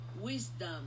wisdom